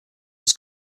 was